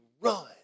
run